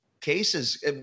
cases